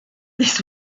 this